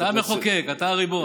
אתה המחוקק, אתה הריבון.